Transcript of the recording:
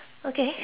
okay